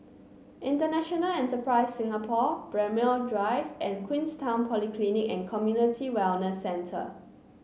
International Enterprise Singapore Braemar Drive and Queenstown Polyclinic and Community Wellness Centre